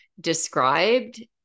described